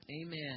Amen